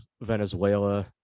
Venezuela